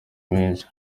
menshi